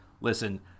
Listen